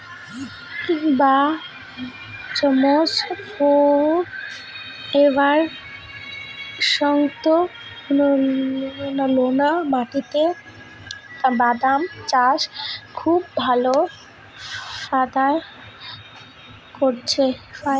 বাঃ মোজফ্ফর এবার ঈষৎলোনা মাটিতে বাদাম চাষে খুব ভালো ফায়দা করেছে